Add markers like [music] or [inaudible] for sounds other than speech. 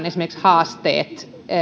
[unintelligible] esimerkiksi kreikan haasteet